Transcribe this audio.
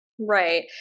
Right